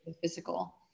physical